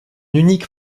unique